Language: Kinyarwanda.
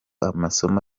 amasomo